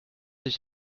ich